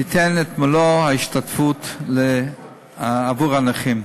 תיתן את מלוא ההשתתפות עבור הנכים.